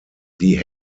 die